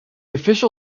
official